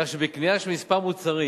כך שבקנייה של כמה מוצרים